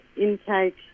intake